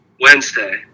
Wednesday